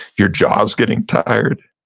your jaw's getting tired,